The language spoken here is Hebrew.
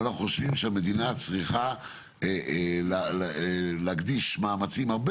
אבל אנחנו חושבים שהמדינה צריכה להקדיש מאמצים הרבה